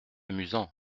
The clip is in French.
amusant